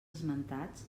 esmentats